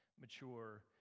mature